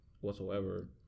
whatsoever